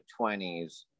20s